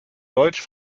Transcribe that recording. deutsch